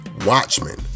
Watchmen